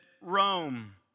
Rome